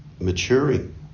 maturing